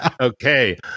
Okay